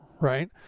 right